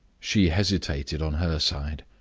she hesitated on her side.